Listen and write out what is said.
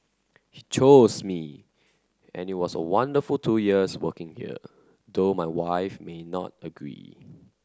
he chose me and it was a wonderful two years working here though my wife may not agree